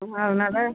ம் அதனால்